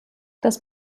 das